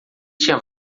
tinha